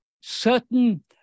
certain